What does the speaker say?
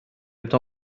temps